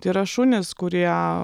tai yra šunys kurie